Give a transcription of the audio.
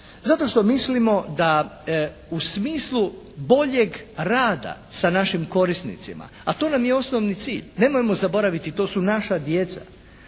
zašto što mislimo da u smislu boljeg rada sa našim korisnicima, a to nam je osnovni cilj. Nemojmo zaboraviti to su naša djeca,